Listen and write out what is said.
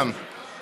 אני לא שומע.